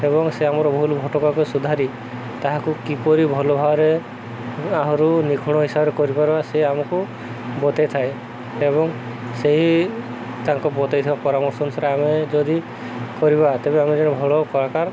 ଏବଂ ସେ ଆମର ଭୁଲ ଭୋଟକାକୁ ସୁଧାରି ତାହାକୁ କିପରି ଭଲ ଭାବରେ ଆହୁରି ନିଖୁଣ ହିସାବରେ କରିପାରିବା ସେ ଆମକୁ ବତେଇଥାଏ ଏବଂ ସେହି ତାଙ୍କ ବତେଇଥିବା ପରାମର୍ଶ ଅନୁସାରେ ଆମେ ଯଦି କରିବା ତେବେ ଆମେ ଜଣେ ଭଲ କଳାକାର